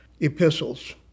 epistles